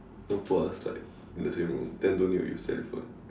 don't put us like in the same room then don't need to use telephone